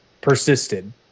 persisted